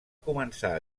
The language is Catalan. començar